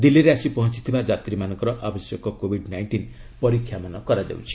ଦିଲ୍ଲୀରେ ଆସି ପହଞ୍ଚିଥିବା ଯାତ୍ରୀମାନଙ୍କର ଆବଶ୍ୟକ କୋବିଡ୍ ନାଇଷ୍ଟିନ୍ ପରୀକ୍ଷା କରାଯାଉଛି